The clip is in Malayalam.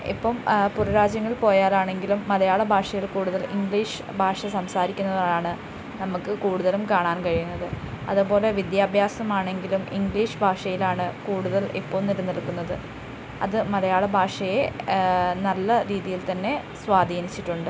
ഇപ്പം പുറം രാജ്യങ്ങളിൽ പോയാലാണെങ്കിലും മലയാള ഭാഷയിൽ കൂടുതൽ ഇംഗ്ലീഷ് ഭാഷ സംസാരിക്കുന്നതാണ് നമുക്ക് കൂടുതലും കാണാൻ കഴിയുന്നത് അതുപോലെ വിദ്യാഭ്യാസം ആണെങ്കിലും ഇംഗ്ലീഷ് ഭാഷയിൽ ആണ് കൂടുതൽ ഇപ്പോൾ നിലനിൽക്കുന്നത് അത് മലയാളഭാഷയെ നല്ല രീതിയിൽ തന്നെ സ്വാധീനിച്ചിട്ടുണ്ട്